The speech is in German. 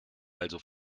also